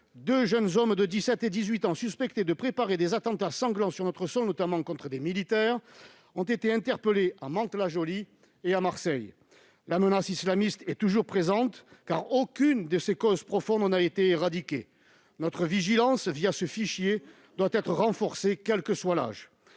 deux jeunes hommes de 17 et 18 ans suspectés de préparer des attentats sanglants sur notre sol, notamment contre des militaires, ont été interpellés à Mantes-la-Jolie et à Marseille. La menace islamiste est toujours présente, car aucune de ses causes profondes n'a été éradiquée. Notre vigilance ce fichier doit être renforcée, quel que soit l'âge